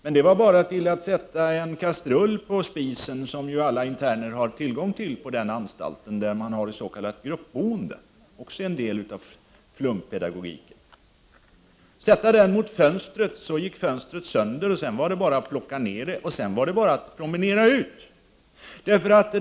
Men det var bara att sätta en kastrull på spisen — något som ju alla interner har tillgång till på den anstalten där man har s.k. gruppboende; också en del av flumpedagogiken — och sätta den mot fönstret, så gick fönstret sönder. Sedan var det bara att promenera ut.